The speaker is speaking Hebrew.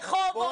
ברחובות.